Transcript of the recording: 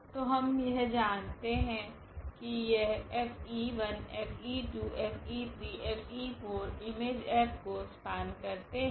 तो हम यह जानते है कि यह F𝑒1 F𝑒2 𝐹𝑒3 𝐹𝑒4 इमेज F को स्पेन करते है